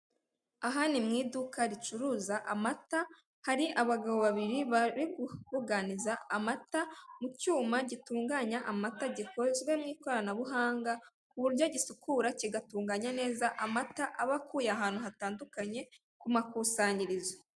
Aha ni mu iduka ricuruza amata, hari abagabo babiri bari kuguganiza amata mu cyuma gitunganya amata gikozwe mu ikoranabuhanga, ku buryo gisukura kigatunganya neza amata aba akuye ahantu hatandukanye ku makusanyirizo.